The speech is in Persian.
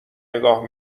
نگاه